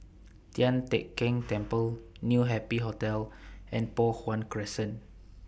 Tian Teck Keng Temple New Happy Hotel and Poh Huat Crescent